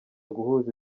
guhuza